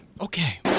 Okay